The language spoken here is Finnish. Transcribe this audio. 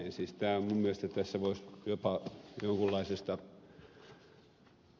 siis minun mielestäni tässä voisi jopa jonkunlaisesta